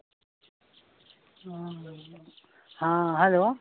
हँ हेलो